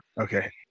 Okay